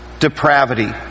depravity